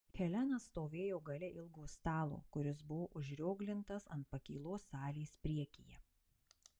helena stovėjo gale ilgo stalo kuris buvo užrioglintas ant pakylos salės priekyje